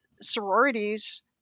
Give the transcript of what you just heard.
sororities